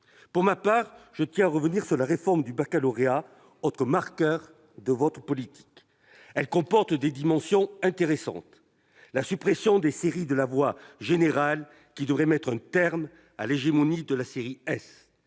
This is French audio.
Pour ma part, je tiens à revenir sur la réforme du baccalauréat, autre marqueur de votre politique. Elle comporte des dimensions intéressantes : la suppression des séries de la voie générale, qui devrait mettre un terme à l'hégémonie de la série S